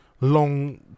long